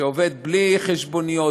שעובד בלי חשבוניות,